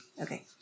Okay